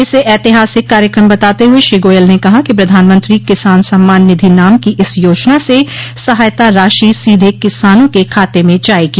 इसे ऐतिहासिक कार्यक्रम बताते हुए श्री गोयल ने कहा कि प्रधानमंत्री किसान सम्मान निधि नाम की इस योजना से सहायता राशि सीधे किसानों के खाते में जाएगी